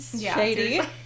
Shady